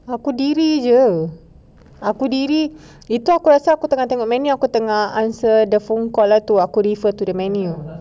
aku diri jer aku diri itu aku rasa aku tengah tengok menu aku tengah answer the phone call lah tu aku refer to the menu